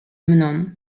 mną